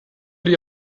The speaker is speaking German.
die